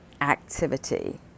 activity